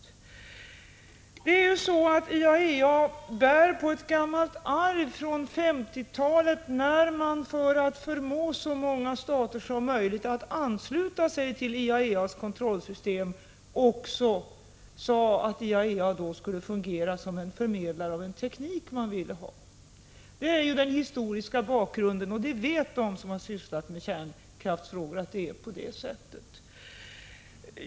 IAEA bär på ett gammalt arv från 1950-talet, när man för att förmå så många stater som möjligt att ansluta sig till IAEA:s kontrollsystem sade att IAEA också skulle fungera som en förmedlare av den teknik man ville ha. Det är den historiska bakgrunden, och det vet de som har sysslat med kärnkraftsfrågor.